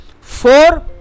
four